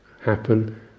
happen